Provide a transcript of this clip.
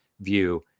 view